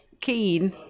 keen